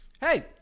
Hey